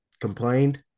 complained